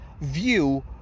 view